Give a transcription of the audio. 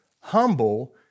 humble